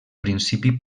principi